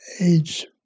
age